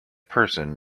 person